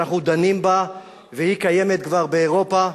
שאנחנו דנים בה, והיא קיימת כבר באירופה,